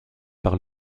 par